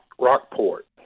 Rockport